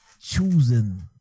choosing